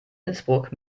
innsbruck